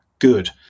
good